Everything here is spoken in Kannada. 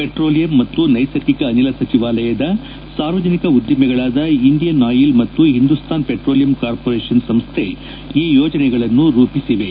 ಪೆಟ್ರೋಲಿಯಂ ಮತ್ತು ನೈಸರ್ಗಿಕ ಅನಿಲ ಸಚಿವಾಲಯದ ಸಾರ್ವಜನಿಕ ಉದ್ದಿಮೆಗಳಾದ ಇಂಡಿಯನ್ ಅಯಿಲ್ ಮತ್ತು ಹಿಂದೂಸ್ತಾನ್ ಪೆಟ್ರೋಲಿಯಂ ಕಾರ್ಮೋರೇಷನ್ ಸಂಸ್ಟೆ ಈ ಯೋಜನೆಗಳನ್ನು ರೂಪಿಸಿವೆ